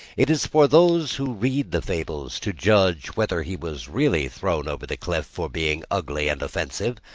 it is for those who read the fables to judge whether he was really thrown over the cliff for being ugly and offensive,